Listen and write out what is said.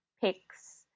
picks